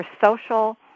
social